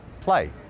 Play